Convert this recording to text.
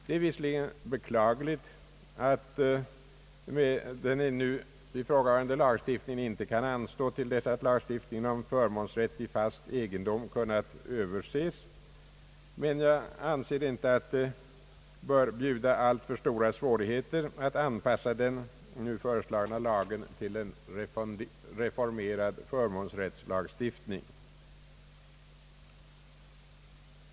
Det är visserligen beklagligt att den nu ifrågavarande lagstiftningen inte kan anstå till dess att lagstiftningen om förmånsrätt i fast egendom kunnat överses. Jag anser dock inte att det bör erbjuda alltför stora svårigheter att anpassa den nu föreslagna lagen till en reformerad förmånsrättslagstiftning.